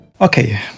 Okay